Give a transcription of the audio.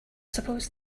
suppose